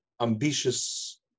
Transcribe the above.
ambitious